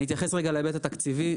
אתייחס להיבט התקציבי,